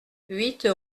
huit